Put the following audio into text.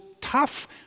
tough